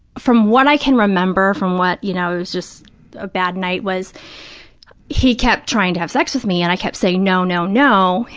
from what i can remember, from what, you know, it was just a bad night, was he kept trying to have sex with me and i kept saying, no, no, no,